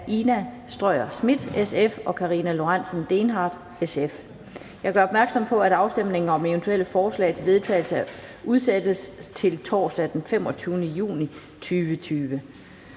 Den fg. formand (Annette Lind): Jeg gør opmærksom på, at afstemning om eventuelle forslag til vedtagelse udsættes til torsdag den 25. juni 2020.